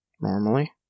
normally